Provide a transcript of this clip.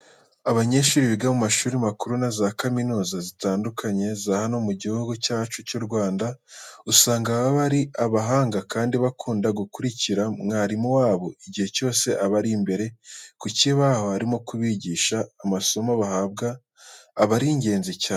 Abanyeshuri biga mu mashuri makuru na za kaminuza zitandukanye za hano mu gihugu cyacu cy'u Rwanda, usanga baba ari abahanga kandi bakunda gukurikira mwarimu wabo igihe cyose aba ari imbere ku kibaho arimo kubugisha. Amasomo bahabwa aba ari ingenzi cyane.